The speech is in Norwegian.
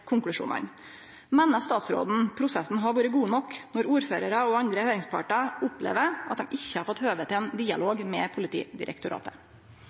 konklusjonane. Meiner statsråden prosessen har vore god nok når ordførarar og andre høyringspartar opplever at dei ikkje har fått høve til ein dialog med Politidirektoratet?